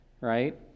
right